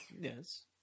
yes